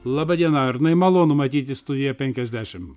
laba diena arnai malonu matyti studiją penkiasdešimt